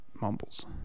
Mumbles